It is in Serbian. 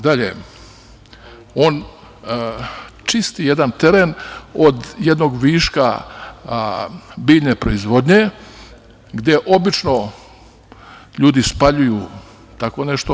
Dalje, on čisti jedan teren od jednog viška biljne proizvodnje, gde obično ljudi spaljuju tako nešto.